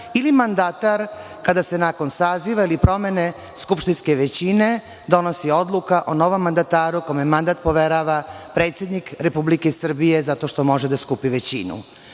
ili mandatar, kada se nakon saziva ili promene skupštinske većine donosi odluka o novom mandataru kome mandat poverava predsednik Republike Srbije zato što može da skupi većinu.